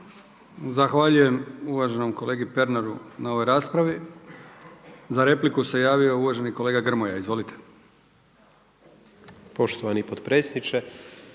Zahvaljujem uvaženom kolegi Pernaru na ovoj raspravi. Za repliku se javio uvaženi kolega Grmoja. Izvolite. **Grmoja,